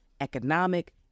economic